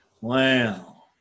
Wow